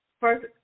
First